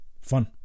Fun